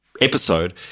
episode